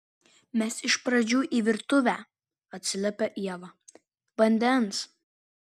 mes iš pradžių į virtuvę atsiliepia ieva vandens